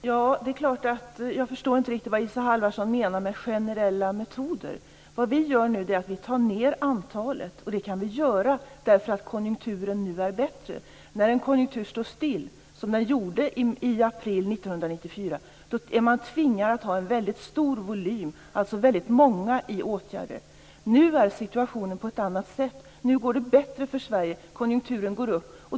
Fru talman! Jag förstår inte riktigt vad Isa Halvarsson menar med "generella åtgärder". Vad vi gör nu är att ta ned antalet. Det kan vi göra i och med att konjunkturen nu är bättre. När en konjunktur står still, som den gjorde i april 1994, är man tvingad att ha en väldigt stor volym, dvs. att ha väldigt många i åtgärder. Nu är situationen en annan. Nu går det bättre för Sverige. Konjunkturen går upp.